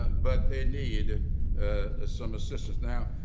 but they need ah ah some assistance. now,